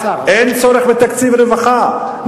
אין צורך בתקציב רווחה.